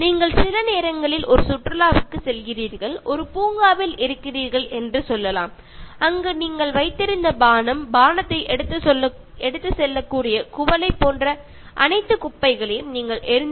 നിങ്ങൾ ഒരു വിനോദ യാത്ര പോകുമ്പോൾ ഒരു പാർക്കിൽ എത്തുകയും അവിടെ ഇരുന്ന് എന്തെങ്കിലും ഒരു പാനീയം കുടിച്ചതിനുശേഷം ചുറ്റിലും വലിച്ചെറിയുകയും ചെയ്യുന്നു